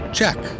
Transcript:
Check